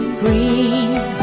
green